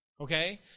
Okay